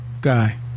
guy